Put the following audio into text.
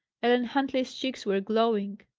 ellen huntley's cheeks were glowing,